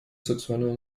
сексуального